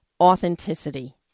authenticity